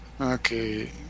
Okay